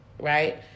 right